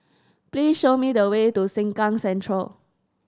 please show me the way to Sengkang Central